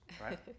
right